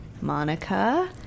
Monica